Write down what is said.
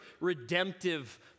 redemptive